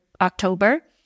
October